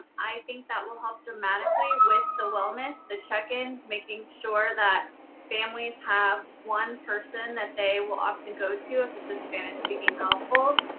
i think that will help dramatically with the wellness, the check-ins, making sure that families have one person that they will often go to if it's a spanish speaking household.